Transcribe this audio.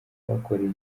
kuhakorera